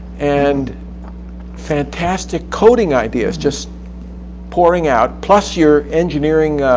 and fantastic coding ideas just pouring out, plus your engineering.